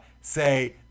say